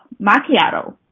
macchiato